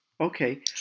Okay